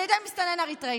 על ידי מסתנן אריתריאי.